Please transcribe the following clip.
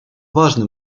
важный